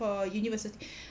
from universit~